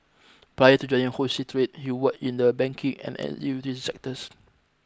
prior to joining wholesale trade he worked in the banking and energy utilities sectors